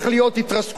מה שהוא אמר עכשיו.